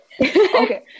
okay